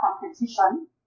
competition